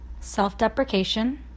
self-deprecation